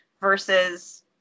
versus